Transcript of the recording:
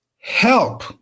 help